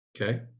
Okay